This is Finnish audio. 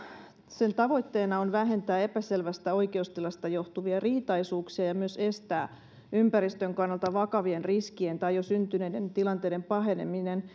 sen tavoitteena on vähentää epäselvästä oikeustilasta johtuvia riitaisuuksia ja myös estää ympäristön kannalta vakavien riskien tai jo syntyneiden tilanteiden paheneminen